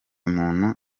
muntu